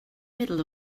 middle